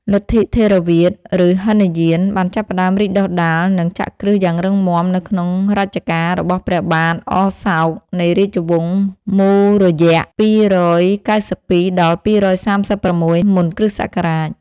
លទ្ធិថេរវាទ ឬហីនយាន បានចាប់ផ្តើមរីកដុះដាល និងចាក់គ្រឹះយ៉ាងរឹងមាំនៅក្នុងរជ្ជកាលរបស់ ព្រះបាទអសោក នៃរាជវង្សមូរយៈ ២៩២-២៣៦ មុនគ.ស.។